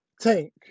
tank